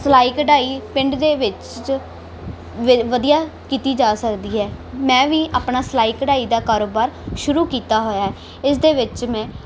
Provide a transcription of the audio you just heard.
ਸਿਲਾਈ ਕਢਾਈ ਪਿੰਡ ਦੇ ਵਿੱਚ ਵ ਵਧੀਆ ਕੀਤੀ ਜਾ ਸਕਦੀ ਹੈ ਮੈਂ ਵੀ ਆਪਣਾ ਸਿਲਾਈ ਕਢਾਈ ਦਾ ਕਾਰੋਬਾਰ ਸ਼ੁਰੂ ਕੀਤਾ ਹੋਇਆ ਇਸਦੇ ਵਿੱਚ ਮੈਂ